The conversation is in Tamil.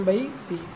C ஆகும்